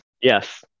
Yes